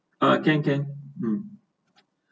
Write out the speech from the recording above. uh can can um